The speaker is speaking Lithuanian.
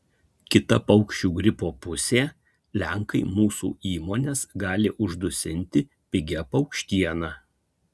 kita paukščių gripo pusė lenkai mūsų įmones gali uždusinti pigia paukštiena